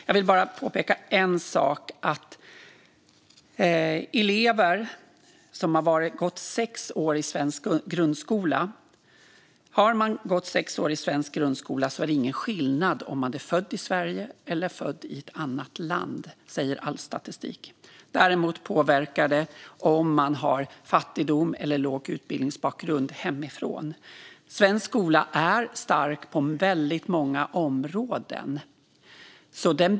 Jag vill påpeka en sak, nämligen att för elever som har gått i sex år i svensk grundskola finns ingen skillnad om de är födda i Sverige eller i ett annat land. Det säger all statistik. Däremot påverkar fattigdom eller låg utbildningsbakgrund hemifrån. Svensk skola är stark på många områden.